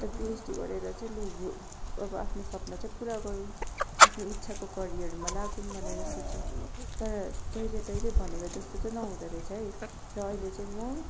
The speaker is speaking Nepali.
अन्त पिएचडी गरेर चाहिँ लु अब आफ्नो सपना चाहिँ पुरा गरौँ आफ्नो इच्छाको करियरमा लागौँ भनेर सोचेँ तर जहिलेतहिले भनेको जस्तो चाहिँ नहुँदो रहेछ है र अहिले चाहिँ म